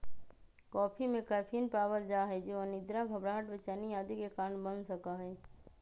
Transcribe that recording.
coffee में caffeine पावल जा हई जो अनिद्रा, घबराहट, बेचैनी आदि के कारण बन सका हई